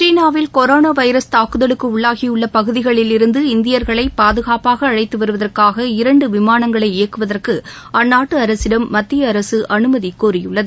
சீனாவில் corona virus தாக்குதலுக்கு உள்ளாகியுள்ள பகுதிகளிலிருந்து இந்தியர்களை பாதுகாப்பாக அழைத்து வருவதற்காக இரன்டு விமானங்களை இயக்குவதற்கு அந்நாட்டு அரசிடம் மத்திய அரசு அனுமதி கோரியுள்ளது